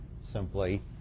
simply